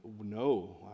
no